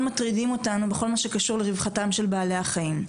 מטרידים אותנו בכל מה שקשור לרווחתם של בעלי החיים.